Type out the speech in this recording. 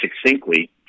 succinctly